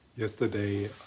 Yesterday